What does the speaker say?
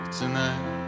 tonight